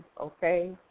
okay